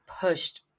pushed